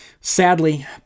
Sadly